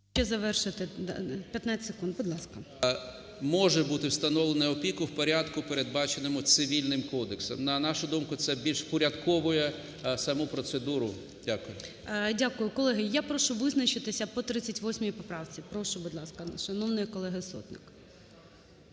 "…може бути встановлено опіку в порядку, передбаченому Цивільним кодексом". На нашу думку, це більше впорядковує саму процедуру. Дякую. ГОЛОВУЮЧИЙ. Дякую. Колеги, я прошу визначитися по 38 поправці, прошу, будь ласка, шановної колеги Сотник.